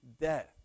death